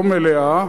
לא מלאה,